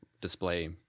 display